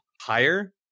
higher